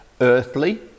Earthly